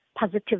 positive